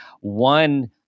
one